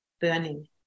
burning